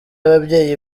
ababyeyi